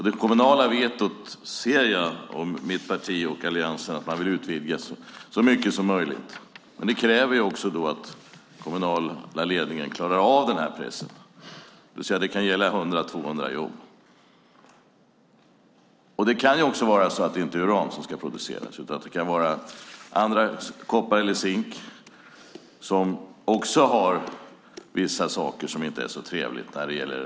Det kommunala vetot anser jag och mitt parti att man vill utvidga så mycket som möjligt, men det kräver ju också att den kommunala ledningen klarar av pressen. Det kan gälla 100-200 jobb. Det kan också vara något annat än uran som ska produceras. Det kan vara koppar eller zink som inte heller alltid är så trevligt för miljön.